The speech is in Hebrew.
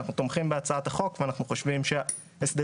אנחנו תומכים בהצעת החוק ואנחנו חושבים שההסדרים